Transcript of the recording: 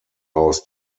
aus